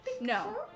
No